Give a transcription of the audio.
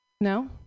No